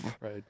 right